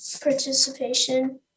participation